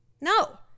No